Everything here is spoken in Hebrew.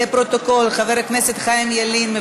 פטור מתשלום לקשיש מעל גיל 80 שמשתלמת לו גמלה להבטחת הכנסה),